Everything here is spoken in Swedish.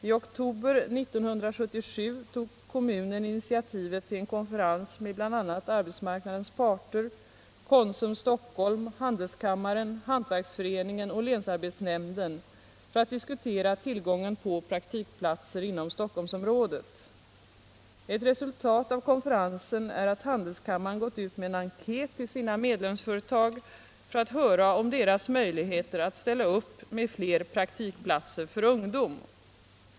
I oktober 1977 tog kommunen initiativet till en konferens med bl.a. arbetsmarknadens parter, Konsum Stockholm, Handelskammaren, Hantverksföreningen och länsarbetsnämnden för att diskutera tillgången på praktikplatser inom Stockholmsområdet. Ett resultat av konferensen är att Handelskammaren gått ut med en enkät till sina medlemsföretag för att höra om deras möjligheter att ställa upp med fler praktikplatser för ungdom.